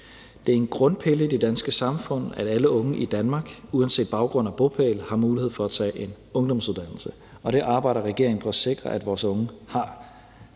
Det er en grundpille i det danske samfund, at alle unge i Danmark uanset baggrund og bopæl har mulighed for at tage en ungdomsuddannelse, og det arbejder regeringen på at sikre at vores unge har.